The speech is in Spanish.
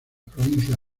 provincia